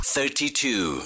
Thirty-two